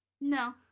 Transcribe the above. No